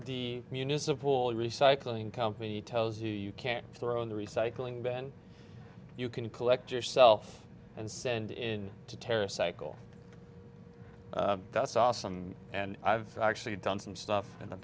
the municipal recycling company tells you you can't throw in the recycling bin you can collect yourself and send in to terra cycle that's awesome and i've actually done some stuff in the